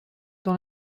dans